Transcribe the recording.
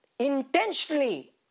intentionally